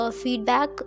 feedback